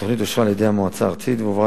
התוכנית אושרה על-ידי המועצה הארצית והועברה